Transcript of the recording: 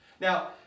Now